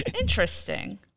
Interesting